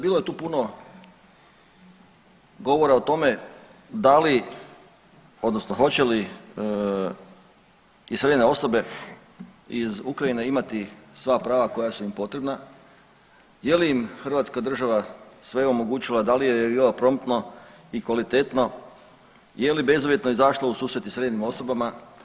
Bilo je tu puno govora o tome da li odnosno hoće li iseljene osobe iz Ukrajine imati sva prava koja su im potrebna, je li Hrvatska država sve omogući da li je … promptno i kvalitetno, je li bezuvjetno izašla u susret iseljenim osobama?